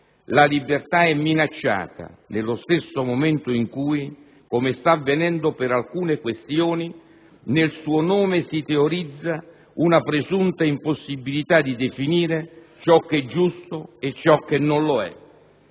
La libertà è minacciata nello stesso momento in cui - come sta avvenendo per alcune questioni - nel suo nome si teorizza una presunta impossibilità di definire ciò che è giusto e ciò che non lo è».